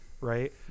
Right